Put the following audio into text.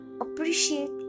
Appreciate